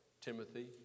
Timothy